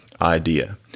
idea